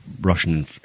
Russian